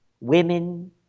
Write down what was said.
women